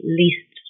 least